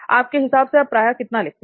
आपके हिसाब से आप प्रायः कितना लिखते हैं